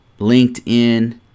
linkedin